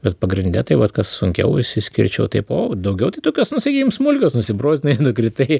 bet pagrinde tai vat kas sunkiau išsiskirčiau tai po daugiau tokios nu sakykim smulkios nusibrozdinai nukritai